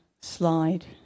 slide